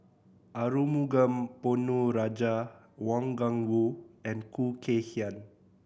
Arumugam Ponnu Rajah Wang Gungwu and Khoo Kay Hian